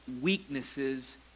weaknesses